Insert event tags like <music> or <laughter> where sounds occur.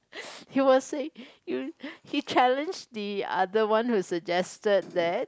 he was saying <noise> he challenged the other one who suggested that